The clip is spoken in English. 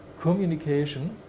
communication